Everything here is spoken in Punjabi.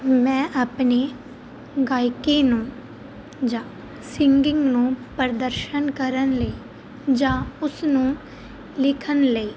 ਮੈਂ ਆਪਣੀ ਗਾਇਕੀ ਨੂੰ ਜਾਂ ਸਿੰਗਿੰਗ ਨੂੰ ਪ੍ਰਦਰਸ਼ਨ ਕਰਨ ਲਈ ਜਾਂ ਉਸ ਨੂੰ ਲਿਖਣ ਲਈ